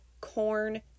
corn